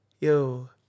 Yo